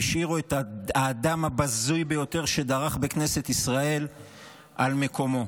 והשאירו את האדם הבזוי ביותר שדרך בכנסת ישראל על מקומו.